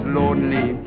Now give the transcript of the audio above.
lonely